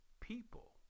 people